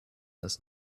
das